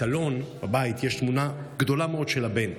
בסלון הבית יש תמונה גדולה מאוד של הבן,